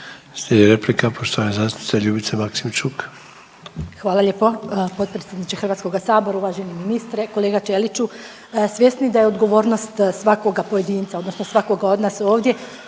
Slijedi replika poštovane zastupnice Ljubice Maksimčuk. **Maksimčuk, Ljubica (HDZ)** Hvala lijepo potpredsjedniče Hrvatskoga sabora, uvaženi ministre. Kolega Ćeliću svjesni da je odgovornost svakoga pojedinca odnosno svakoga od nas ovdje